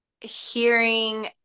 hearing